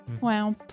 Wow